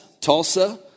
Tulsa